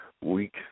week